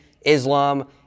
Islam